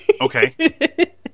Okay